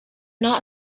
not